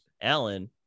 Alan